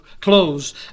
clothes